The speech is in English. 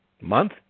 month